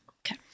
Okay